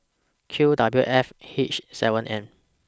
Q W F H seven M